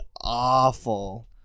awful